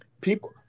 People